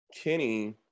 Kenny